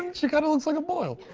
she kind of looks like a boil.